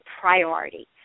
priority